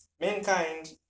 Mankind